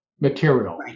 material